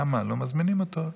למה לא מזמינים אותו.